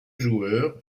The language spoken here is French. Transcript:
joueur